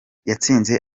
yatsinze